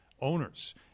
owners